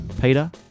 Peter